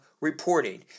reporting